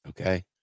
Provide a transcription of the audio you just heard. Okay